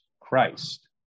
Christ